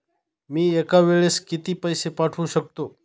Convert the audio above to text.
मी एका वेळेस किती पैसे पाठवू शकतो?